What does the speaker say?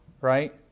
right